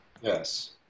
Yes